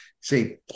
say